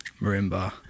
marimba